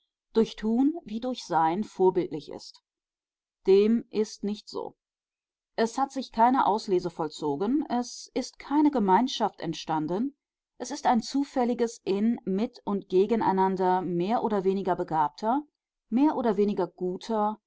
durch tun wie durch sein vorbildlich ist dem ist nicht so es hat sich keine auslese vollzogen es ist keine gemeinschaft entstanden es ist ein zufälliges in mit und gegeneinander mehr oder weniger begabter mehr oder weniger